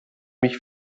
mich